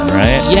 right